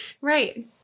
right